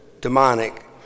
demonic